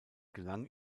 gelang